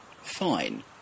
Fine